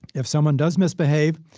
if someone does misbehave,